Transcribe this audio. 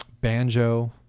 banjo